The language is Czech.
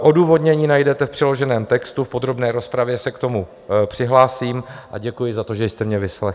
Odůvodnění najdete v přiloženém textu, v podrobné rozpravě se k tomu přihlásím a děkuji za to, že jste mě vyslechli.